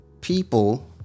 People